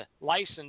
license